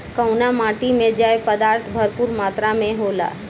कउना माटी मे जैव पदार्थ भरपूर मात्रा में होला?